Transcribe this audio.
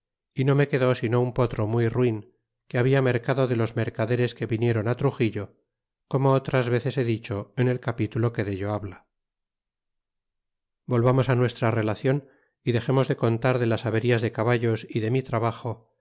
y no me quedó sino un potro muy ruin que habia mercado de los mercaderes que vinieron truxillo como otras veces he dicho en el capitulo que dello habla volvamos nuestra relaeion y dexemos de contar de las averías de caballos y de mi trabajo